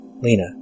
Lena